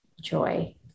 joy